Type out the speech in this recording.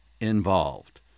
involved